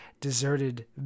deserted